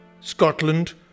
Scotland